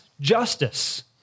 justice